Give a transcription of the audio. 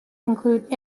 include